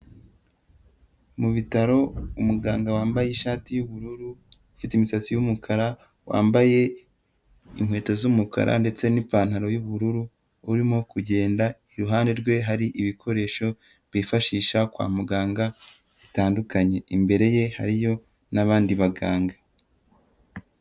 Mu bitaro, umuganga wambaye ishati y'ubururu, afite imisatsi y'umukara, wambaye inkweto z'umukara ndetse n'ipantaro y'ubururu, urimo kugenda iruhande rwe hari ibikoresho bifashisha kwa muganga bitandukanye, imbere ye hariyo n'abandi baganga,